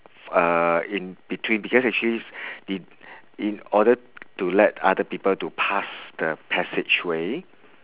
uh in between because actually in in order to let other people to pass the passageway